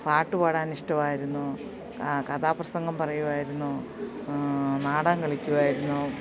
പാട്ടു പാടാൻ ഇഷ്ടമായിരുന്നു കഥാപ്രസംഗം പറയുമായിരുന്നു നാടകം കളിക്കുമായിരുന്നു